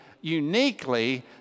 uniquely